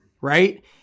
Right